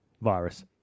virus